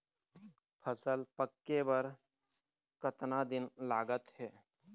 फसल पक्के बर कतना दिन लागत हे?